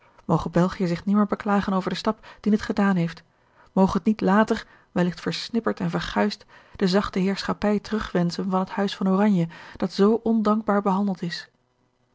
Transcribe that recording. belgië zich nimmer beklagen over den stap dien het gedaan heeft moge het niet later welligt versnipperd en verguisd de zachte heerschappij terug wenschen van het huis van oranje dat zoo ondankbaar behandeld is